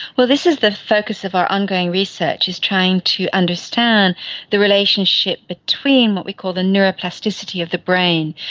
well, this is the focus of our ongoing research, is trying to understand the relationship between what we call the neuroplasticity of the brain,